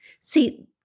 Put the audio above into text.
See